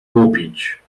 kupić